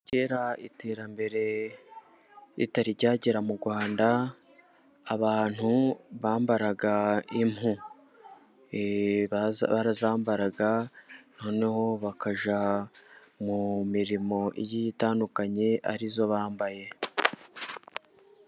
Kera iterambere ritari ryagera mu Rwanda, abantu bambaraga impu. Barazambaraga, noneho bakajya mu mirimo itandukanye, arizo bambaye.